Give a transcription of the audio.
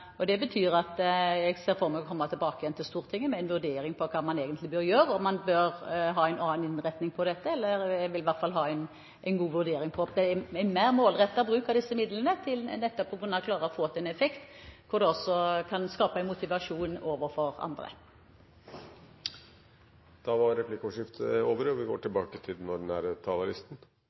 forventet. Det betyr at jeg ser for meg at jeg kommer tilbake til Stortinget med en vurdering av hva man egentlig bør gjøre, og om man bør ha en annen innretning på dette. Jeg vil i hvert fall ha en god vurdering av om man med en mer målrettet bruk av disse midlene vil kunne klare å få til en effekt hvor man kan skape motivasjon for andre. Replikkordskiftet